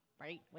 right